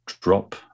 drop